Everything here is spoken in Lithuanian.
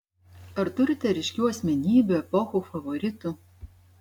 ar turite ryškių asmenybių epochų favoritų